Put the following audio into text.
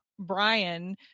Brian